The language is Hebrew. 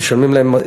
הם משלמים להם,